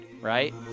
right